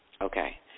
okay